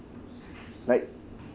like